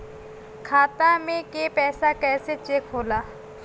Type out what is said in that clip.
खाता में के पैसा कैसे चेक होला?